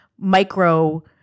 micro